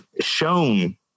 shown